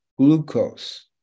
glucose